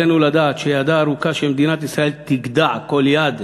עלינו לדעת שידה הארוכה של מדינת ישראל תגדע כל יד